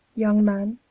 young man,